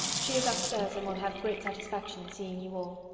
she is up stairs and will have great satisfaction in seeing you all.